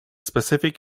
specific